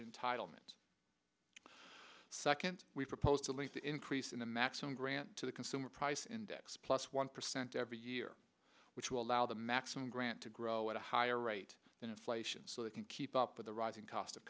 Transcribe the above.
entitlement second we proposed to leave the increase in the maximum grant to the consumer price index plus one percent every year which will allow the maximum grant to grow at a higher rate than inflation so they can keep up with the rising cost of